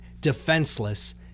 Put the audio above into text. defenseless